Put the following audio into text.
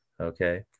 Okay